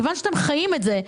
מכיוון שאתם חיים את זה,